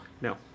No